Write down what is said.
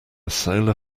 solar